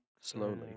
slowly